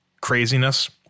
craziness